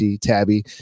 Tabby